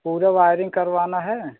पूरी वायरिंग करवाना है